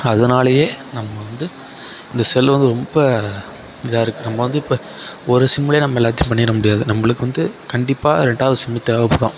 அதனாலயே நம்ம வந்து இந்த செல்லு வந்து ரொம்ப இதாக இருக்கு நம்ப வந்து இப்போ ஒரு சிம்லையே எல்லாத்தையும் பண்ணிவிட முடியாது நம்புளுக்கு வந்து கண்டிப்பாக ரெண்டாவது சிம்மு தேவைப்படும்